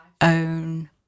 own